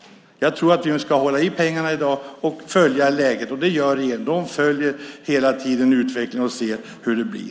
Jag tror att vi ska hålla i pengarna i dag och följa läget. Det gör regeringen. Den följer hela tiden utvecklingen och ser hur det blir.